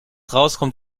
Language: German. rauskommt